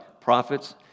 prophets